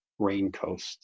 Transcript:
Raincoast